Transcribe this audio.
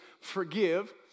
forgive